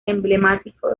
emblemático